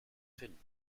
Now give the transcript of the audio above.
finden